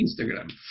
Instagram